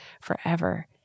forever